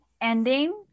ending